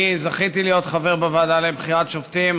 אני זכיתי להיות חבר בוועדה לבחירת שופטים,